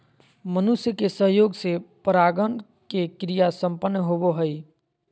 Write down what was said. मनुष्य के सहयोग से परागण के क्रिया संपन्न होबो हइ